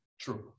True